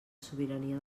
sobirania